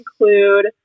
include